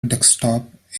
desktop